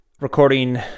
recording